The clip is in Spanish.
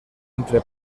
entre